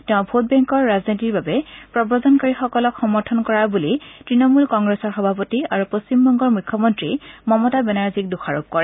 তেওঁ ভোটবেংকৰ ৰাজনীতিৰ বাবে প্ৰব্ৰজনকাৰীসকলক সমৰ্থন কৰা বুলি তৃণমূল কংগ্ৰেছৰ সভাপতি আৰু পশ্চিমবংগৰ মুখ্যমন্ত্ৰী মমতা বেনাৰ্জীক দোষাৰোপ কৰে